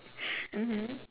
mmhmm